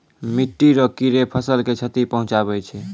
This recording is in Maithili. मिट्टी रो कीड़े फसल के क्षति पहुंचाबै छै